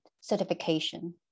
certification